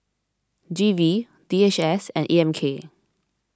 G V D H S and E M K